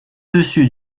dessus